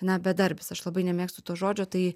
na bedarbis aš labai nemėgstu to žodžio tai